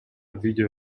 видео